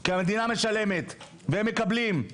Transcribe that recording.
כי המדינה משלמת והם מקבלים.